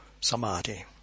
samadhi